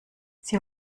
sie